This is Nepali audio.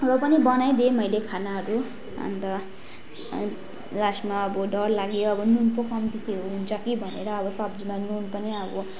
र पनि बनाइदिएँ मैले खानाहरू अन्त लास्टमा अब डर लाग्यो अब नुन प कम्ती हुन्छ कि भनेर अब सब्जीमा नुन पनि अब